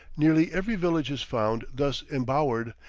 nearly every village is found thus embowered,